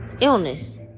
illness